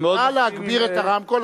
נא להגביר את הרמקול,